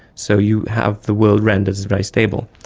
so you have, the world renders as very stable.